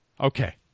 okay